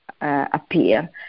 appear